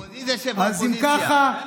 אז אם ככה,